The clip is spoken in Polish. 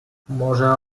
może